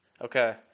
Okay